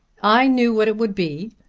i knew what it would be.